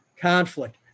conflict